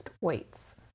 weights